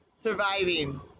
surviving